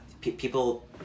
People